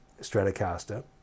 Stratocaster